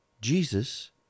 Jesus